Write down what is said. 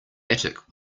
attic